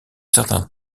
certain